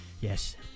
Yes